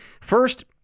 First